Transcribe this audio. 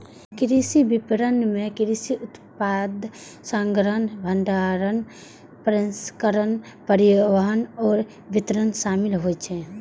कृषि विपणन मे कृषि उत्पाद संग्रहण, भंडारण, प्रसंस्करण, परिवहन आ वितरण शामिल होइ छै